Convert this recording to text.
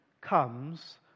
comes